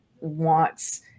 wants